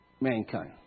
mankind